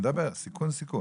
אני מדבר על סיכון סיכון.